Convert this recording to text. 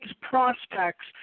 prospects